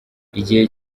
igihe